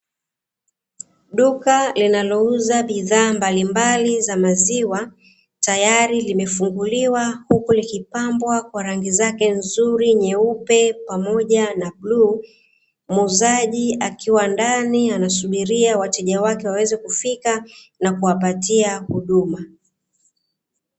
duka linalouza bidhaa mbalimbali za maziwa tayari limefunguliwa, huku likipambwa kwa rangi zake nzuri nyeupe pamoja na bluu .muuzaji akiwa ndani anasubiria wateja wake waweze kufika na kuwapatia huduma.